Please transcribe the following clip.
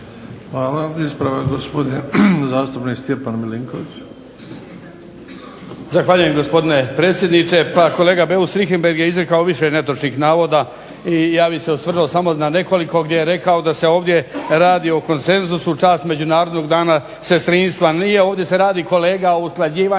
Hvala. Ispravak gospodin zastupnik Stjepan Milinković.